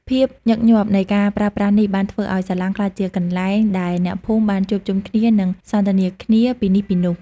ភាពញឹកញាប់នៃការប្រើប្រាស់នេះបានធ្វើឱ្យសាឡាងក្លាយជាកន្លែងដែលអ្នកភូមិបានជួបជុំគ្នានិងសន្ទនាគ្នាពីនេះពីនោះ។